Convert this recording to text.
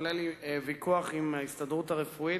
בכללן ויכוח עם ההסתדרות הרפואית,